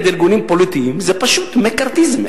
ארגונים פוליטיים זה פשוט מקארתיזם,